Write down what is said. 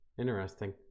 interesting